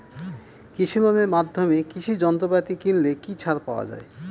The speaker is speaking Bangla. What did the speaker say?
কৃষি লোনের মাধ্যমে কৃষি যন্ত্রপাতি কিনলে কি ছাড় পাওয়া যায়?